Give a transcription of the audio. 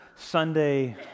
Sunday